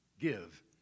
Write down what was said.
give